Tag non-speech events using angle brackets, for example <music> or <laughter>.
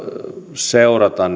seurata <unintelligible>